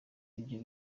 ibyo